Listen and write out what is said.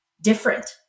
different